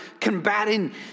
combating